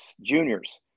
juniors